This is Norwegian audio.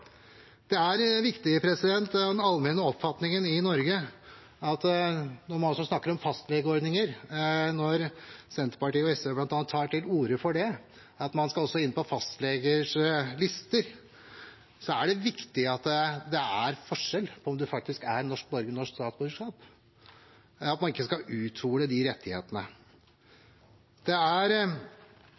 Den allmenne oppfatningen i Norge er viktig her. Senterpartiet og SV tar til orde for fastlegeordninger og at man også skal inn på fastlegers lister, men det er en viktig forskjell på om en faktisk er norsk borger og har statsborgerskap eller ikke, og man skal ikke skal uthule de rettighetene. Det er